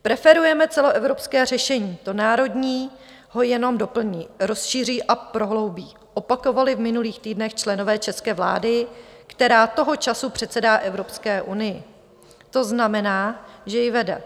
Preferujeme celoevropské řešení, to národní ho jenom doplní, rozšíří a prohloubí opakovali v minulých týdnech členové české vlády, která toho času předsedá Evropské unii, to znamená, že ji vede.